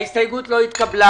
הצבעה בעד ההסתייגות מיעוט נגד,